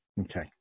Okay